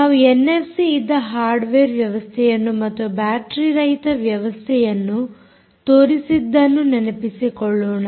ನಾವು ಎನ್ಎಫ್ಸಿ ಇದ್ದ ಹಾರ್ಡ್ವೇರ್ ವ್ಯವಸ್ಥೆಯನ್ನು ಮತ್ತು ಬ್ಯಾಟರೀ ರಹಿತ ವ್ಯವಸ್ಥೆಯನ್ನು ತೋರಿಸಿದ್ದನ್ನು ನೆನಪಿಸಿಕೊಳ್ಳೋಣ